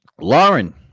Lauren